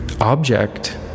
object